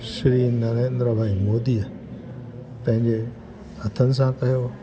श्री नरेंद्र भाई मोदीअ पंहिंजे हथनि सां कयो